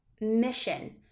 mission